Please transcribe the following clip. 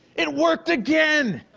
it worked again.